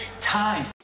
time